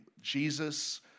Jesus